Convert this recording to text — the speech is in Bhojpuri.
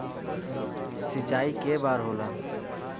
सिंचाई के बार होखेला?